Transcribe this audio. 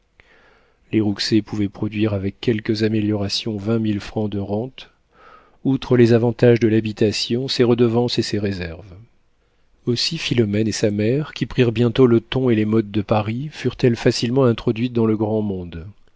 les rouxey pouvaient produire avec quelques améliorations vingt mille francs de rente outre les avantages de l'habitation ses redevances et ses réserves aussi philomène et sa mère qui prirent bientôt le ton et les modes de paris furent-elles facilement introduites dans le grand monde